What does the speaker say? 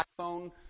iPhone